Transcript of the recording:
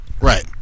Right